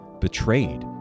betrayed